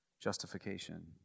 justification